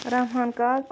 رحمان کاک